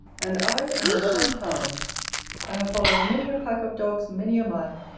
and i am a lover of hounds i have followed many a pack of dogs many a mile,